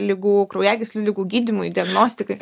ligų kraujagyslių ligų gydymui diagnostikai